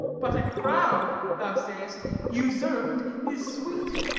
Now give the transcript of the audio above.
but a crown, thou sayest, usurped, is sweet.